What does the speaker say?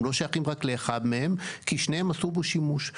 הם לא שייכים רק לאחד מהם, כי שניהם עשו בו שימוש.